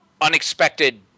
unexpected